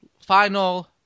final